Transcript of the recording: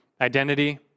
identity